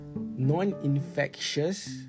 Non-infectious